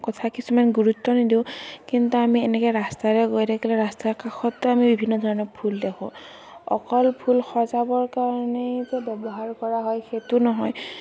কথা কিছুমান গুৰুত্ব নিদিওঁ কিন্তু এনেকে আমি ৰাস্তাৰে গৈ থাকিলে ৰাস্তাৰ কাষতে আমি বিভিন্ন ধৰণৰ ফুল দেখোঁ অকল ফুল সজাবৰ কাৰণেই যে ব্যৱহাৰ কৰা হয় সেইটো নহয়